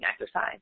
exercise